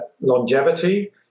longevity